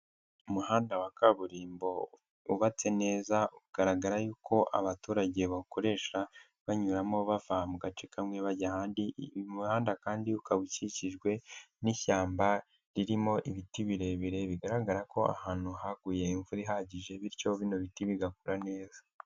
Umuhanda wa kaburimbo wubatse neza ugaragara yuko abaturage bakoresha banyuramo bava mu gace kamwe bajya ahandi. Uyu muhanda kandi ukaba ukikijwe n'ishyamba ririmo ibiti birebire bigaragara ko ahantu haguye imvura ihagije bityo bino biti bigakura neza.